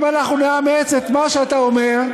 אם אנחנו נאמץ את מה שאתה אומר,